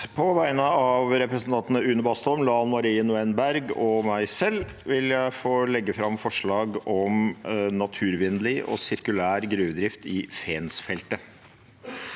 På vegne re- presentantene Une Bastholm, Lan Marie Nguyen Berg og meg selv vil jeg legge fram forslag om naturvennlig og sirkulær gruvedrift i Fensfeltet.